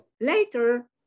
later